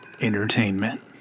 Entertainment